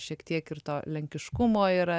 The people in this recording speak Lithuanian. šiek tiek ir to lenkiškumo yra